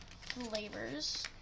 flavors